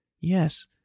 Yes